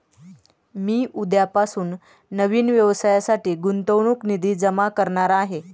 मी उद्यापासून नवीन व्यवसायासाठी गुंतवणूक निधी जमा करणार आहे